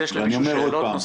אני אומר עוד פעם